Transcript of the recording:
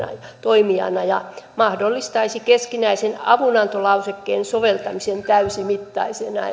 toimijana ja mahdollistaisi keskinäisen avunantolausekkeen soveltamisen täysimittaisena